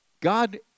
God